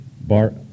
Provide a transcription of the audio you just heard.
bar